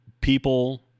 people